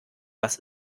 was